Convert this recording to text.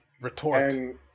Retort